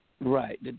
Right